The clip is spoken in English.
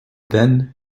then